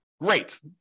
great